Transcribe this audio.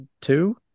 two